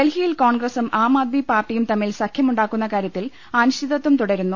ഡൽഹിയിൽ കോൺഗ്രസും ആം ആദ്മി പാർട്ടിയും തമ്മിൽ സഖ്യമുണ്ടാക്കുന്ന കാര്യത്തിൽ അനിശ്ചിതത്വം തുടരുന്നു